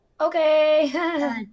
Okay